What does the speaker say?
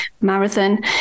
marathon